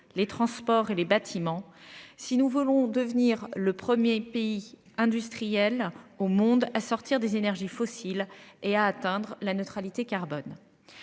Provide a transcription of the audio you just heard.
les transports et les bâtiments. Si nous voulons devenir le 1er pays industriel au monde à sortir des énergies fossiles et atteindre la neutralité carbone.